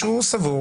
שהוא סבור